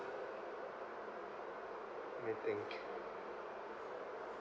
let me think